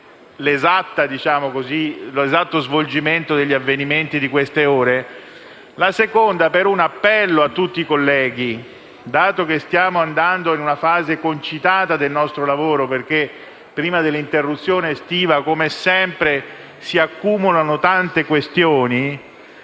l'esatto svolgimento degli avvenimenti di queste ore. La seconda, per un appello a tutti i colleghi. Dato che stiamo andando verso una fase concitata della nostra attività, perché prima dell'interruzione estiva, come sempre, si accumulano tante questioni,